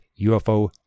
UFO